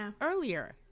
earlier